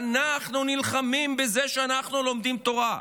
אנחנו נלחמים בזה שאנחנו לומדים תורה.